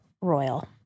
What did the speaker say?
royal